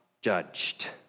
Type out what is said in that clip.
judged